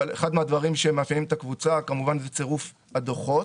אבל אחד מהדברים שמאפיינים את הקבוצה כמובן זה צרוף הדוחות.